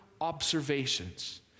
Observations